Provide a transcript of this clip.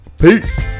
peace